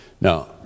Now